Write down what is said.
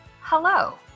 hello